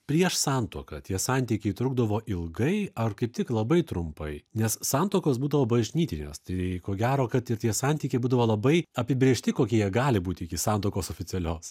prieš santuoką tie santykiai trukdavo ilgai ar kaip tik labai trumpai nes santuokos būdavo bažnytinės tai ko gero kad ir tie santykiai būdavo labai apibrėžti kokie jie gali būti iki santuokos oficialios